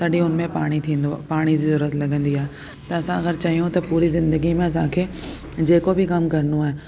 तॾहिं हुन में पाणी थींदो आहे पाणी जी ज़रूरत लॻंदी आहे त असां अगरि चऊं त पूरी ज़िंदगी में असांखे जेको बि कमु करिणो आहे